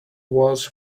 walls